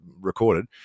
recorded